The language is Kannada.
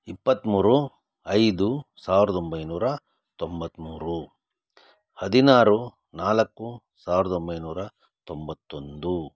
ಇಪ್ಪತ್ತ್ಮೂರು ಐದು ಸಾವಿರದ ಒಂಬೈನೂರ ತೊಂಬತ್ತ್ಮೂರು ಹದಿನಾರು ನಾಲ್ಕು ಸಾವಿರದ ಒಂಬೈನೂರ ತೊಂಬತ್ತೊಂದು